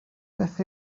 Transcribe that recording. beth